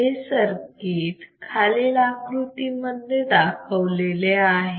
हे सर्किट खालील आकृती मध्ये दाखवलेले आहे